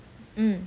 mm